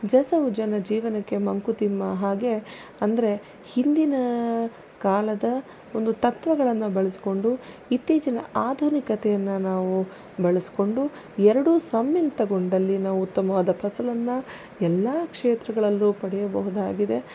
ಜಸವು ಜನಜೀವನಕ್ಕೆ ಮಂಕುತಿಮ್ಮ ಹಾಗೇ ಅಂದರೆ ಹಿಂದಿನ ಕಾಲದ ಒಂದು ತತ್ವಗಳನ್ನು ಬಳಸಿಕೊಂಡು ಇತ್ತೀಚಿನ ಆಧುನಿಕತೆಯನ್ನು ನಾವು ಬಳಸಿಕೊಂಡು ಎರಡು ಸಮ್ಮಿಳಿತಗೊಂಡಲ್ಲಿ ನಾವು ಉತ್ತಮವಾದ ಫಸಲನ್ನ ಎಲ್ಲ ಕ್ಷೇತ್ರಗಳಲ್ಲೂ ಪಡೆಯಬಹುದಾಗಿದೆ